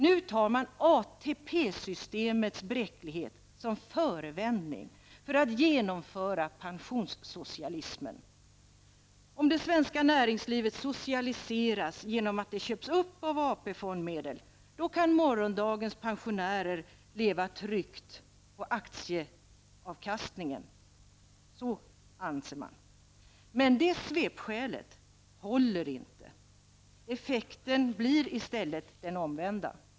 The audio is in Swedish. Nu tar man ATP-systemets bräcklighet som förevändning för att genomföra pensionssocialismen. Om det svenska näringslivet socialiseras genom att det köps upp av AP-fondmedel kan morgondagens pensionärer leva tryggt på aktieavkastningen -- det säger man. Men det svepskälet håller inte. Effekten blir i stället den omvända.